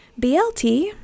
BLT